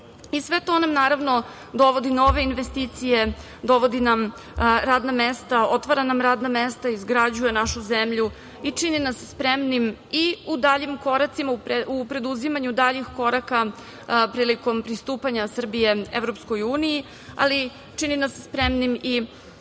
to nam, naravno, dovodi nove investicije, dovodi nam radna mesta, otvara nam radna mesta, izgrađuje našu zemlju i čini nas spremnim i u daljim koracima, u preduzimanju daljih koraka prilikom pristupanja Srbije EU, ali čini nas spremnim